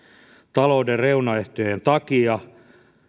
talouden reunaehtojen takia